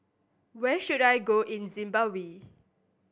where should I go in Zimbabwe